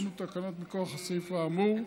הצעת חוק לתיקון פקודת מס הכנסה (מס' 249),